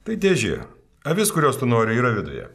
tai dėžė avis kurios tu nori yra viduje